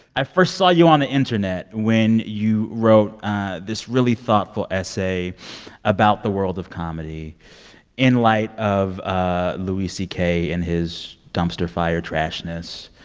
i first saw you on the internet when you wrote this really thoughtful essay about the world of comedy in light of ah louis c k. and his dumpster-fire trashiness.